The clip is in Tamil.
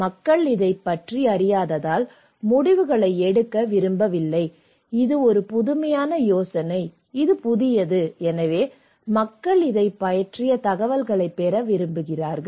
மக்கள் இதைப் பற்றி அறியாததால் முடிவுகளை எடுக்க விரும்பவில்லை இது ஒரு புதுமையான யோசனை இது புதியது எனவே மக்கள் இதைப் பற்றிய தகவல்களைப் பெற விரும்புகிறார்கள்